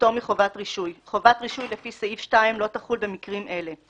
פטור מחובת רישוי 2א. חובת רישוי לפי סעיף 2 לא תחול במקרים אלה,